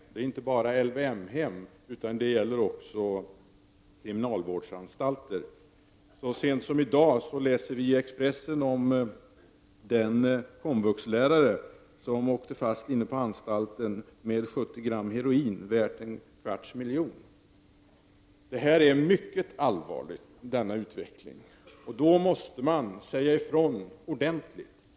Det gäller inte bara LVM-hem utan också kriminalvårdsanstalter. Så sent som i dag kan vi läsa i Expressen om den komvuxlärare som åkte fast inne på en anstalt med 70 gram heroin, värt en kvarts miljon, på sig. Denna utveckling är mycket allvarlig, och då måste man säga ifrån ordentligt.